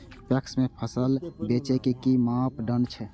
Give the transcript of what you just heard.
PACS में फसल बेचे के कि मापदंड छै?